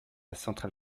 central